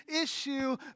issue